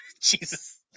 Jesus